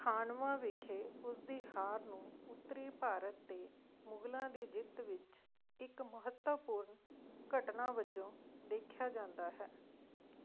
ਖਾਨਵਾ ਵਿਖੇ ਉਸ ਦੀ ਹਾਰ ਨੂੰ ਉੱਤਰੀ ਭਾਰਤ 'ਤੇ ਮੁਗਲਾਂ ਦੀ ਜਿੱਤ ਵਿੱਚ ਇੱਕ ਮਹੱਤਵਪੂਰਨ ਘਟਨਾ ਵਜੋਂ ਦੇਖਿਆ ਜਾਂਦਾ ਹੈ